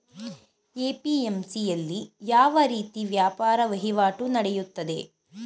APMC ಯಲ್ಲಿ ಯಾವ ರೀತಿ ವ್ಯಾಪಾರ ವಹಿವಾಟು ನೆಡೆಯುತ್ತದೆ?